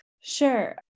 Sure